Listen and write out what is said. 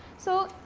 so,